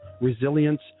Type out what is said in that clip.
resilience